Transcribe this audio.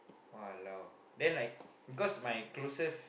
!walao! then like because my closest